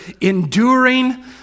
enduring